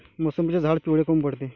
मोसंबीचे झाडं पिवळे काऊन पडते?